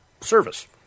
service